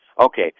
Okay